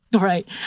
Right